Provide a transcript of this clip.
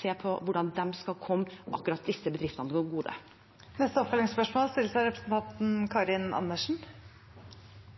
se på hvordan de skal komme akkurat disse bedriftene til gode. Karin Andersen – til oppfølgingsspørsmål.